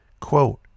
Quote